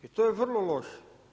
I to je vrlo loše.